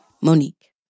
Monique